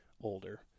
older